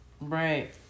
Right